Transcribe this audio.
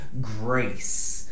grace